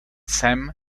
sam